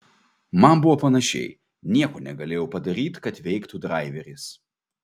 man buvo panašiai nieko negalėjau padaryt kad veiktų draiveris